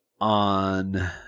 On